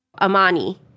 Amani